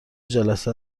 جلسه